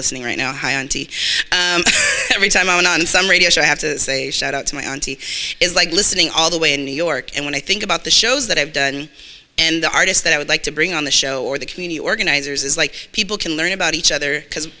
listening right now hi auntie every time on on some radio show i have to say shout out to my auntie is like listening all the way in new york and when i think about the shows that i've done and the artists that i would like to bring on the show or the many organizers like people can learn about each other because